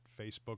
Facebook